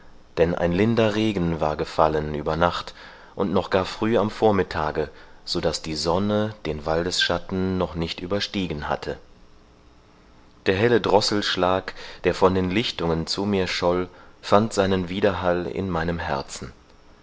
denn ein linder regen war gefallen über nacht und noch gar früh am vormittage so daß die sonne den waldesschatten noch nicht überstiegen hatte der helle drosselschlag der von den lichtungen zu mir scholl fand seinen widerhall in meinem herzen